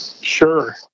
sure